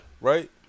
Right